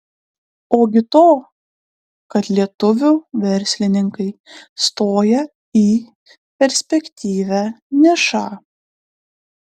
ogi to kad lietuvių verslininkai stoja į perspektyvią nišą